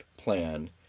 plan